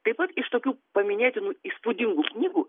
taip pat iš tokių paminėtinų įspūdingų knygų